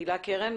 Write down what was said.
הילה קרן,